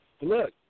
look